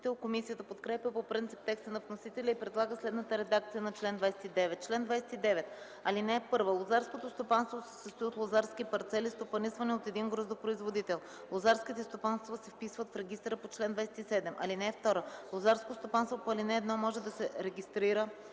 Комисията подкрепя по принцип текста на вносителя и предлага следната редакция на чл. 29: „Чл. 29. (1) Лозарското стопанство се състои от лозарски парцели, стопанисвани от един гроздопроизводител. Лозарските стопанства се вписват в регистъра по чл. 27. (2) Лозарско стопанство по ал. 1 може да регистрира